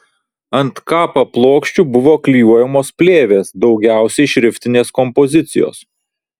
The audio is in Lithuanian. ant kapa plokščių buvo klijuojamos plėvės daugiausiai šriftinės kompozicijos